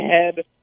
head